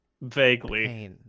Vaguely